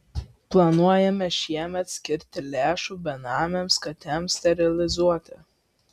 planuojame šiemet skirti lėšų benamėms katėms sterilizuoti